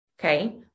Okay